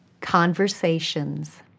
Conversations